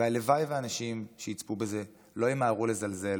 והלוואי שאנשים שיצפו בזה לא ימהרו לזלזל